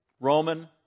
Roman